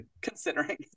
considering